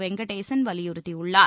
வெங்கடேசன் வலியுறுத்தியுள்ளார்